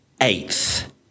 eighth